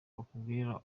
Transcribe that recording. bakubwira